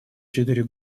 четыре